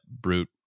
brute